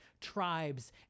tribes